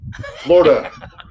Florida